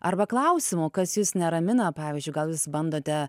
arba klausimų kas jus neramina pavyzdžiui gal jūs bandote